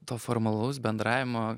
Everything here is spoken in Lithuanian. to formalaus bendravimo